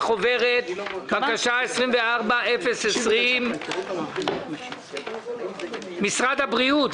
בקשה מס' 24-020 משרד הבריאות.